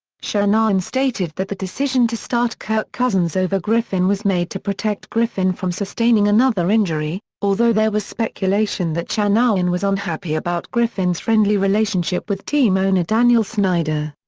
shanahan stated the decision to start kirk cousins over griffin was made to protect griffin from sustaining another injury, although there was speculation that shanahan was unhappy about griffin's friendly relationship with team owner daniel snyder.